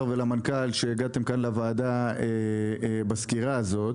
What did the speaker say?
ולמנכ"ל שהגעתם כאן לוועדה בסקירה הזאת.